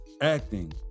acting